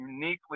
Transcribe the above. uniquely